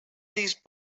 these